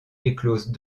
éclosent